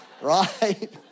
Right